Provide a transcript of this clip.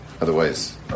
Otherwise